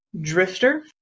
Drifter